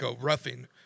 roughing